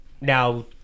now